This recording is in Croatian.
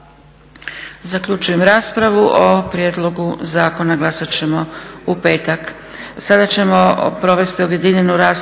Zaključujem raspravu. O prijedlogu zakona glasat ćemo u petak.